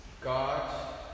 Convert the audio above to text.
God